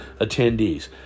attendees